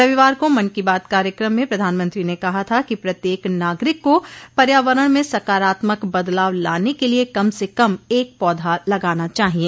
रविवार को मन की बात कार्यक्रम में प्रधानमंत्री ने कहा था कि प्रत्येक नागरिक को पर्यावरण में सकारात्मक बदलाव लाने के लिए कम से कम एक पौधा लगाना चाहिए